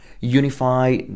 unify